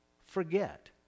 forget